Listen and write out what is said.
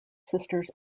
sisters